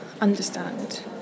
understand